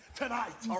tonight